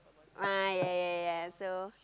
ah yea yea yea yea so